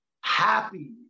happy